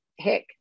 heck